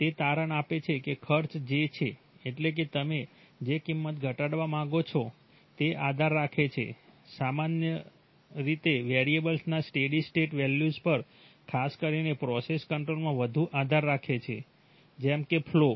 તે તારણ આપે છે કે ખર્ચ j છે એટલે કે તમે જે કિંમત ઘટાડવા માંગો છો તે આધાર રાખે છે સામાન્ય રીતે વેરિયેબલ્સના સ્ટેડી સ્ટેટ વેલ્યુઝ પર ખાસ કરીને પ્રોસેસ કંટ્રોલમાં વધુ આધાર રાખે છે જેમ કે ફ્લૉ